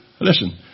listen